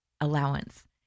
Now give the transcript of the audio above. allowance